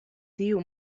tiu